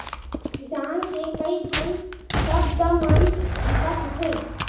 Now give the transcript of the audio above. किसान के कइ ठन सब्द मन बिकट होथे